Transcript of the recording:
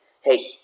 hey